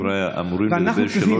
ואנחנו צריכים,